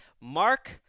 Mark